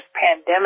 pandemic